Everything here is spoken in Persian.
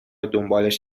دنبالش